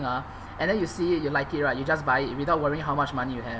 ah and then you see you it like it right you just buy it without worrying how much money you have